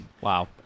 Wow